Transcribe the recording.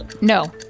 No